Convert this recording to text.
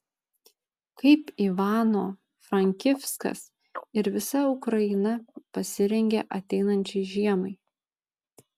kaip ivano frankivskas ir visa ukraina pasirengė ateinančiai žiemai